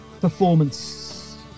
performance